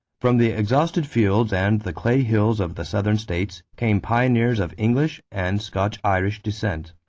from the exhausted fields and the clay hills of the southern states came pioneers of english and scotch-irish descent,